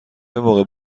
موقع